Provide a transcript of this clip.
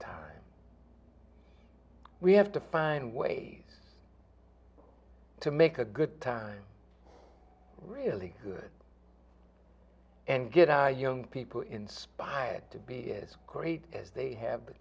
time we have to find ways to make a good time really good and get our young people inspired to be as great as they have the